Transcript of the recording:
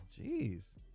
jeez